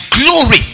glory